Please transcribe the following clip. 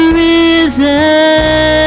risen